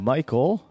Michael